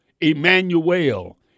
Emmanuel